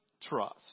trust